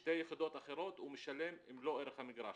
ושתי יחידות אחרות הוא משלם מלוא ערך המגרש.